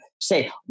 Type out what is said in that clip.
say